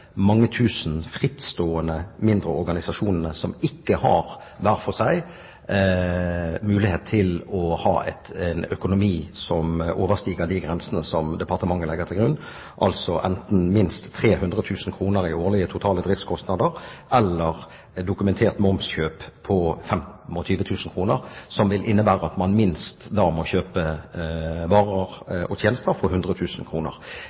organisasjonene som hver for seg ikke har mulighet til å ha en økonomi som overstiger de grensene departementet legger til grunn, altså enten minst 300 000 kr i årlige totale driftskostnader eller et dokumentert momskjøp på 25 000 kr, som vel innebærer at man må kjøpe varer